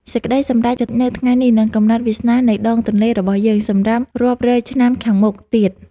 សេចក្តីសម្រេចចិត្តនៅថ្ងៃនេះនឹងកំណត់វាសនានៃដងទន្លេរបស់យើងសម្រាប់រាប់រយឆ្នាំខាងមុខទៀត។